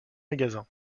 magasin